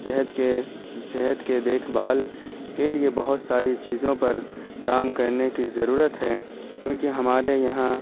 صحت کے صحت کے دیکھ بھال کے لیے بہت ساری چیزوں پر کام کرنے کی ضرورت ہے کیونکہ ہمارے یہاں